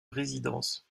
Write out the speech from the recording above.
résidence